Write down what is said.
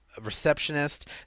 receptionist